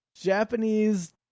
Japanese